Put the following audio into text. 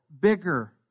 bigger